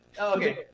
Okay